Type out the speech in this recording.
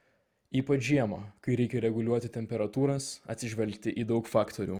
ypač žiemą kai reikia reguliuoti temperatūras atsižvelgti į daug faktorių